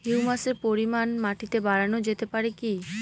হিউমাসের পরিমান মাটিতে বারানো যেতে পারে কি?